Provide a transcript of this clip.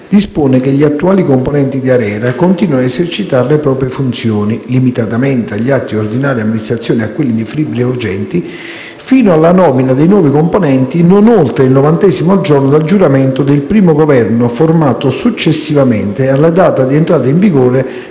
dispone che gli attuali componenti dell'ARERA continuino a esercitare le proprie funzioni, limitatamente agli atti di ordinaria amministrazione e a quelli indifferibili e urgenti, fino alla nomina dei nuovi componenti non oltre il novantesimo giorno dal giuramento del primo Governo formato successivamente alla data di entrata in vigore